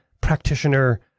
practitioner